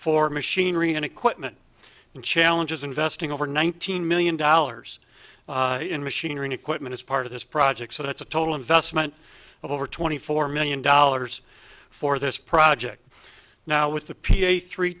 for machinery and equipment and challenges investing over nineteen million dollars in machinery and equipment as part of this project so that's a total investment over twenty four million dollars for this project now with the p a three